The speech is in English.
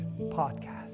podcast